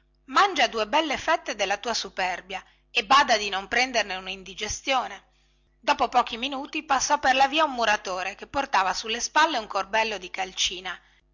mangia due belle fette della tua superbia e bada di non prendere unindigestione dopo pochi minuti passò per la via un muratore che portava sulle spalle un corbello di calcina